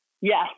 yes